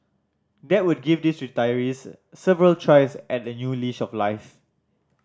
that would give these retirees several tries at a new leash of life